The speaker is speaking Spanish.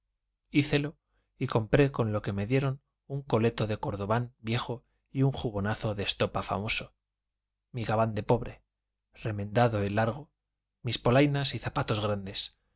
hícelo y compré con lo que me dieron un coleto de cordobán viejo y un jubonazo de estopa famoso mi gabán de pobre remendado y largo mis polainas y zapatos grandes